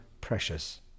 precious